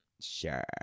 Sure